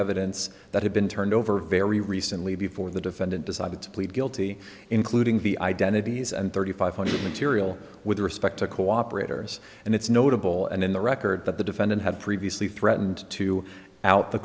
evidence that had been turned over very recently before the defendant decided to plead guilty including the identities and thirty five hundred material with respect to cooperators and it's notable and in the record that the defendant had previously threatened to out the